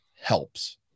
helps